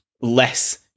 less